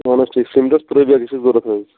اَہَن حظ ٹھیٖک سیٖمینٛٹس ترٕٛہ بیٚگ یہِ چھُ ضروٗرت أزۍ